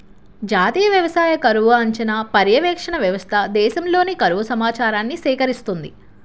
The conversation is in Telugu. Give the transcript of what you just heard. జాతీయ వ్యవసాయ కరువు అంచనా, పర్యవేక్షణ వ్యవస్థ దేశంలోని కరువు సమాచారాన్ని సేకరిస్తుంది